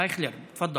אייכלר, תפדל.